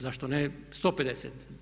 Zašto ne 150?